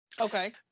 okay